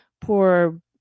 poor